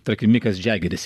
tarkim mikas džiageris